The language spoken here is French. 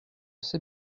sais